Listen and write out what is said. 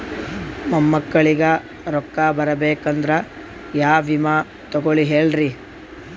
ಮೊಮ್ಮಕ್ಕಳಿಗ ರೊಕ್ಕ ಬರಬೇಕಂದ್ರ ಯಾ ವಿಮಾ ತೊಗೊಳಿ ಹೇಳ್ರಿ?